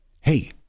Hey